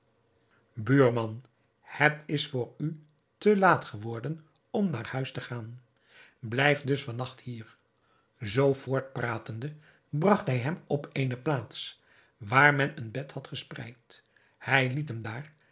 buurman het is voor u te laat geworden om naar huis te gaan blijf dus van nacht hier zoo voortpratende bragt hij hem op eene plaats waar men een bed had gespreid hij liet hem daar